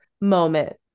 moment